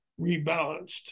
rebalanced